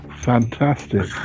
fantastic